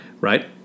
Right